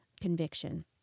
conviction